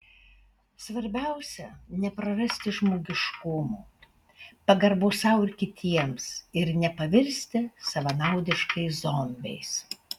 svarbiausia neprarasti žmogiškumo pagarbos sau ir kitiems ir nepavirsti savanaudiškais zombiais